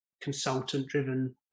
consultant-driven